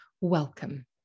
Welcome